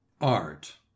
Art